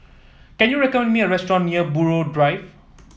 can you recommend me a restaurant near Buroh Drive